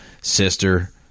sister